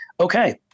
Okay